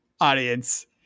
audience